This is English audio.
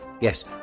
Yes